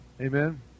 Amen